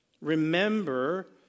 Remember